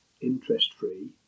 interest-free